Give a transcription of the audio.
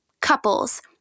couples